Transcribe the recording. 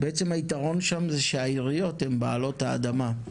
בעצם היתרון שם זה שהעיריות הן בעלות האדמה,